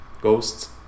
Ghosts